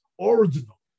Original